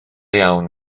iawn